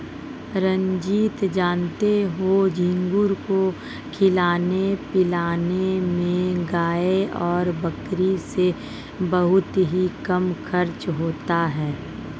रंजीत जानते हो झींगुर को खिलाने पिलाने में गाय और बकरी से बहुत ही कम खर्च होता है